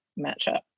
matchup